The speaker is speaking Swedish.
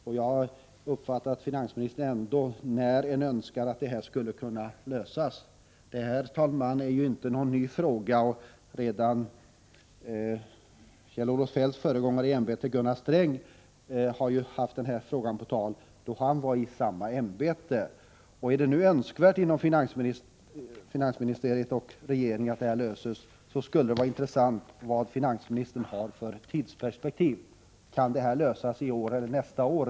Jag har uppfattat att finansministern önskar att denna fråga skall få en lösning. Det gäller här, herr talman, inte någon ny fråga. Redan Kjell-Olof Feldts företrädare i ämbetet, Gunnar Sträng, har haft att ta ställning till den här frågan under sin tid som finansminister. Om finansdepartementet och regeringen anser att det är önskvärt att frågan får en lösning, skulle det vara intressant att få veta vilket tidsperspektiv som finansministern anlägger. Kan denna fråga rent av lösas i år eller i nästa år?